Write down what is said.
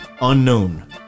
unknown